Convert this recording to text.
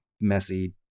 messy